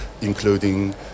including